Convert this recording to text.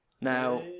Now